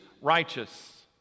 righteous